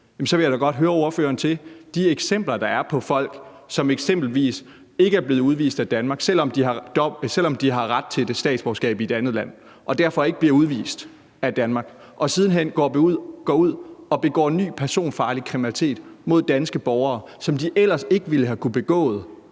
så vil jeg da godt høre ordføreren om de eksempler, der er på folk, som ikke er blevet udvist af Danmark, selv om de har ret til et statsborgerskab i et andet land, og som siden hen har begået ny personfarlig kriminalitet mod danske borgere, som de ellers ikke have ville kunne begå,